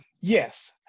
Yes